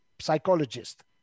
psychologist